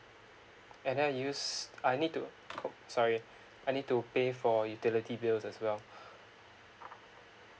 and then I use I need to oh sorry I need to pay for utility bills as well